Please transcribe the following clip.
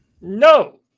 no